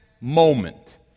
moment